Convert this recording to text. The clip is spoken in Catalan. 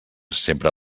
sempre